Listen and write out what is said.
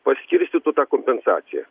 paskirstytų tą kompensaciją